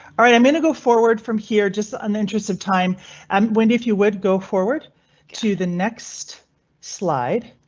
alright? i'm going to go forward from here. just an interest of time and when if you would go forward to the next slide.